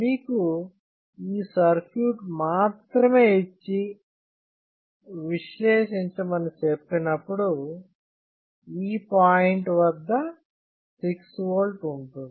మీకు ఈ సర్క్యూట్ మాత్రమే ఇచ్చి విశ్లేషించమని చెప్పినప్పుడు ఈ పాయింట్ వద్ద 6V ఉంటుంది